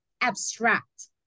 abstract